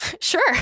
Sure